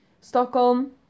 Stockholm